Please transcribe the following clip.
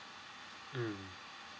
mm